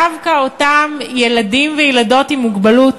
דווקא אותם ילדים וילדות עם מוגבלות,